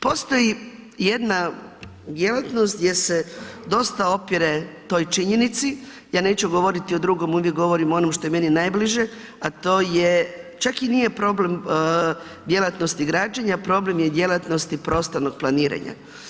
Postoji jedna djelatnost gdje se dosta opire toj činjenici, ja neću govoriti o drugom, uvijek govorim o onom što je meni najbliže, a to je, čak i nije problem djelatnosti građenja, problem je djelatnosti prostornog planiranja.